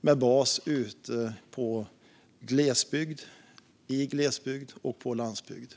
med bas ute i glesbygd och på landsbygd.